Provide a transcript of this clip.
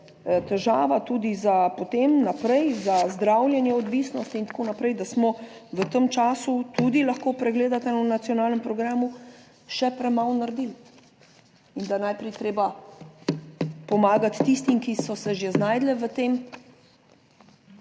težava tudi za, potem naprej, za zdravljenje odvisnosti in tako naprej, da smo v tem času tudi lahko pregledate v Nacionalnem programu še premalo naredili in da je najprej je treba pomagati tistim, ki so se že znašli v tem,